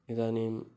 इदानीम्